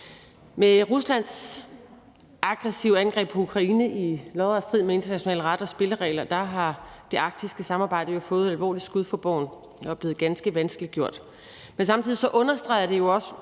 Med Ruslands aggressive angreb på Ukraine i lodret strid med international ret og internationale spilleregler har det arktiske samarbejde jo fået et alvorligt skud for boven og er blevet gjort ganske vanskeligt. Men samtidig understreger det jo også,